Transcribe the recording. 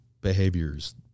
behaviors